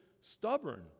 stubborn